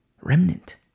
remnant